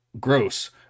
gross